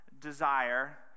desire